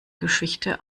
geschichte